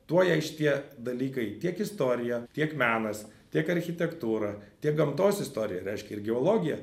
tuo jai šitie dalykai tiek istorija tiek menas tiek architektūra tiek gamtos istorija reiškia ir geologija